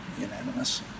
unanimous